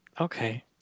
Okay